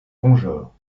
rongeurs